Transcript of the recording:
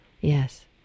Yes